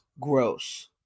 gross